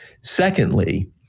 Secondly